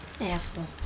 Asshole